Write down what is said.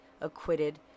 acquitted